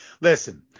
listen